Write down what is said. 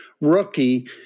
rookie